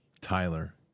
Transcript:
Tyler